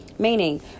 Meaning